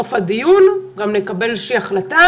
בסוף הדיון גם נקבל החלטה.